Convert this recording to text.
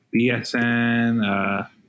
BSN